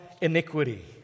iniquity